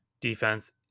defense